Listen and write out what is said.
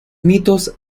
mitos